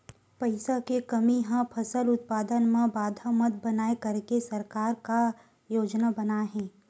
पईसा के कमी हा फसल उत्पादन मा बाधा मत बनाए करके सरकार का योजना बनाए हे?